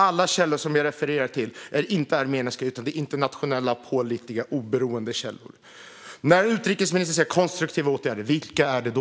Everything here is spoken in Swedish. Alla källor som jag refererar till är inte armeniska, utan det är internationella pålitliga och oberoende källor. Utrikesministern talar om konstruktiva åtgärder. Vilka menar hon då?